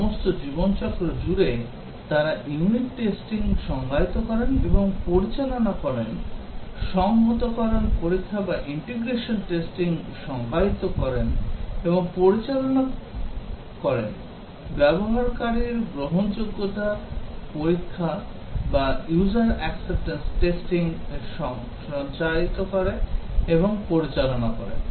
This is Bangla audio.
সমস্ত জীবন চক্র জুড়ে তারা ইউনিট টেস্টিং সংজ্ঞায়িত করেন এবং পরিচালনা করেন সংহতকরণ পরীক্ষা সংজ্ঞায়িত করেন এবং পরিচালনা করেন ব্যবহারযোগ্যতা পরীক্ষা সংজ্ঞায়িত করেন এবং পরিচালনা করেন ব্যবহারকারীর গ্রহণযোগ্যতা পরীক্ষা সংজ্ঞায়িত করেন এবং পরিচালনা করেন